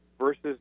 versus